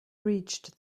reached